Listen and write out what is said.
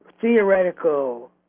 theoretical